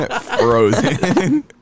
Frozen